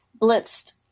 blitzed